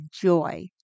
joy